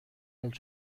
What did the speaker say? del